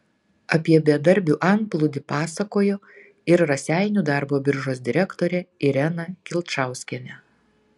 apie bedarbių antplūdį pasakojo ir raseinių darbo biržos direktorė irena kilčauskienė